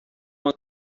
uma